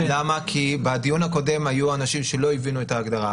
כי בדיון הקודם היו אנשים שלא הבינו את ההגדרה.